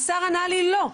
השר ענה לי "..לא,